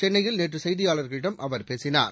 சென்னையில் நேற்று செய்தியாளர்களிடம் அவர் பேசினார்